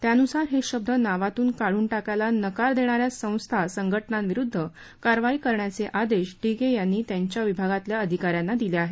त्यानुसार हे शब्द नावातून काढून टाकायला नकार देणाऱ्या संस्था संघटनांविरुद्ध कारवाई करण्याचे आदेश डिगे यांनी त्यांच्या विभागातल्या अधिकाऱ्यांना दिले आहेत